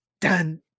done